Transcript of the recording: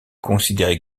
considéré